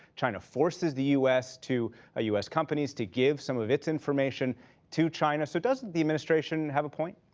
china forces the u s. to ah u s. companies to give some of its information to china. so, doesn't the administration have a point?